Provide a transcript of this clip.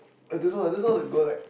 I don't know eh just now like got like